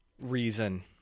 reason